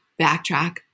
backtrack